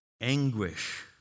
anguish